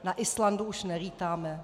Na Islandu už nelítáme.